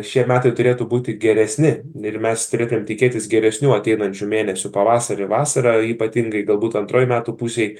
šie metai turėtų būti geresni ir mes turėtumėm tikėtis geresnių ateinančių mėnesių pavasarį vasarą ypatingai galbūt antroj metų pusėj